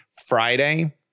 Friday